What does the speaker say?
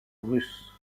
russe